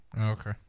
Okay